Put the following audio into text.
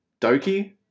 Doki